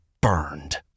burned